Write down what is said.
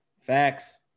Facts